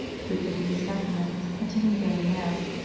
frequenting the sacraments, attending daily mass,